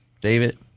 David